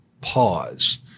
pause